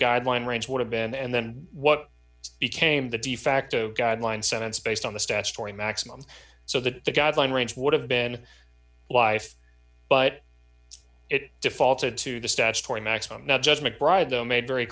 guideline range would have been and then what became the de facto guideline sentence based on the statutory maximum so that the guideline range would have been life but it defaulted to the statutory maximum not just mcbride made very